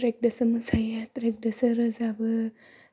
ट्रेकदोसो मोसायो ट्रेकदेसे रोजाबो